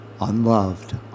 unloved